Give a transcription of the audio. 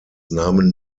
nahmen